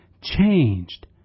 changed